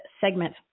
segment